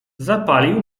zapalił